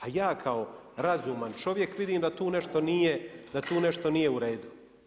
A ja kao razuman čovjek vidim da tu nešto nije u redu.